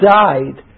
died